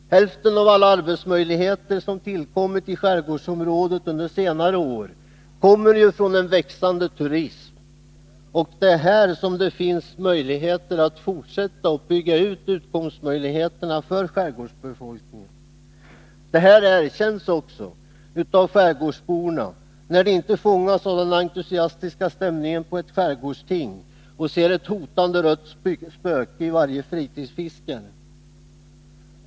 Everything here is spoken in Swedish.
Hälften av alla arbetstillfällen som tillkommit i skärgårdsområdet under senare år har ju kommit från en växande turism. Det är här som det går att fortsätta att bygga ut utkomstmöjligheterna för skärgårdsbefolkningen. Detta erkänns också av skärgårdsborna, när de inte fångas av den entusiastiska stämningen på ett skärgårdsting och ser ett hotande rött spöke i varje fritidsfiskare.